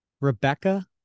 Rebecca